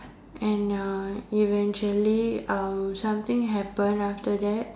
and uh eventually uh something happen after that